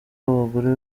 abagore